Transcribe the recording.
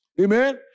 Amen